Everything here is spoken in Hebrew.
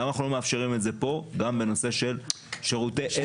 למה אנחנו לא מאפשרים את זה כאן גם בנושא של שירותי עזר?